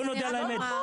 בוא נודה על האמת.